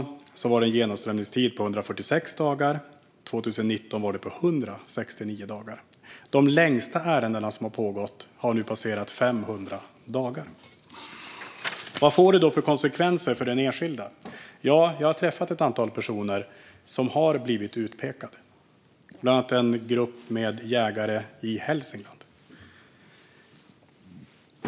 År 2014 var det en genomströmningstid på 146 dagar, och år 2019 var det 169 dagar. De längsta ärendena som har pågått har nu passerat 500 dagar. Vad får det då för konsekvenser för den enskilda? Jag har träffat ett antal personer som har blivit utpekade, bland annat en grupp med jägare i Hälsingland.